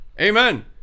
amen